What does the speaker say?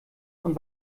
und